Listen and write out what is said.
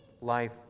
life